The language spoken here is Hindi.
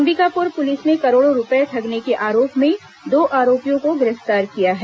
अंबिकापुर पुलिस ने करोड़ों रूपये ठगने के आरोप में दो आरोपियों को गिरफ्तार किया है